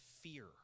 fear